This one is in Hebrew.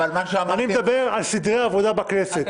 אני מדבר על סדרי עבודה בכנסת.